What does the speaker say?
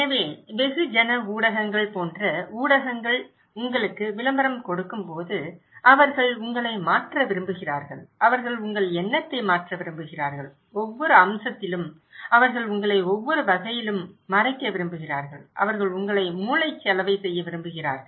எனவே வெகுஜன ஊடகங்கள் போன்ற ஊடகங்கள் உங்களுக்கு விளம்பரம் கொடுக்கும் போது அவர்கள் உங்களை மாற்ற விரும்புகிறார்கள் அவர்கள் உங்கள் எண்ணத்தை மாற்ற விரும்புகிறார்கள் ஒவ்வொரு அம்சத்திலும் அவர்கள் உங்களை ஒவ்வொரு வகையிலும் மறைக்க விரும்புகிறார்கள் அவர்கள் உங்களை மூளைச் சலவை செய்ய விரும்புகிறார்கள்